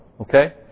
Okay